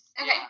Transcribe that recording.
okay